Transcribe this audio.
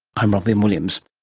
i'm robyn williams